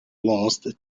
lost